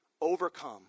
Overcome